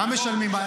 מה משלמים?